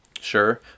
Sure